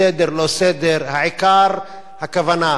סדר לא סדר, העיקר הכוונה.